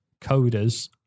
coders